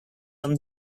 from